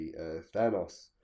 Thanos